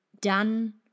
done